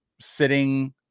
Sitting